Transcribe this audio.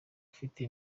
afite